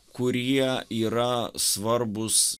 kurie yra svarbūs